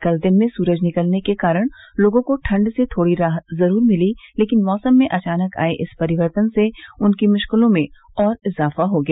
कल दिन में सूरज निकलने के कारण लोगों को ठण्ड से थोड़ी राहत जरूर मिली लेकिन मैसम में अचानक आए इस परिवर्तन से उनकी मुश्किलों में और इजाफा हो गया